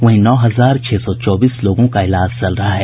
वहीं नौ हजार छह सौ चौबीस लोगों का इलाज चल रहा है